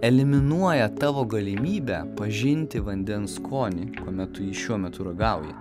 eliminuoja tavo galimybę pažinti vandens skonį kuomet tu jį šiuo metu ragauji